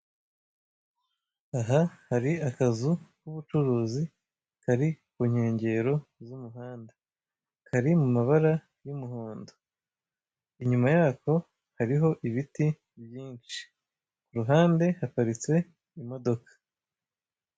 Aha hari akazu k'ubucuruzi kari ku nkengero z'umuhanda, kari mu mabara y'umuhondo, inyuma yako hariho ibiti byinshi, ku ruhande haparitse imodoka.